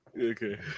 Okay